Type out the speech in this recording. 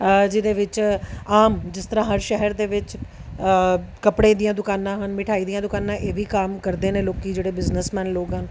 ਜਿਹਦੇ ਵਿੱਚ ਆਮ ਜਿਸ ਤਰ੍ਹਾਂ ਹਰ ਸ਼ਹਿਰ ਦੇ ਵਿੱਚ ਕੱਪੜੇ ਦੀਆਂ ਦੁਕਾਨਾਂ ਹਨ ਮਿਠਾਈ ਦੀਆਂ ਦੁਕਾਨਾਂ ਇਹ ਵੀ ਕੰਮ ਕਰਦੇ ਨੇ ਲੋਕ ਜਿਹੜੇ ਬਿਜਨਸਮੈਨ ਲੋਕ ਆ